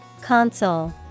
Console